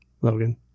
Logan